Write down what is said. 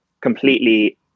completely